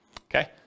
Okay